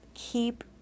Keep